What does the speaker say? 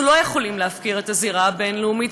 אנחנו לא יכולים להפקיר את הזירה הבין-לאומית,